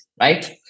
right